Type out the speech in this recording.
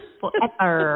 forever